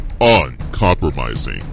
uncompromising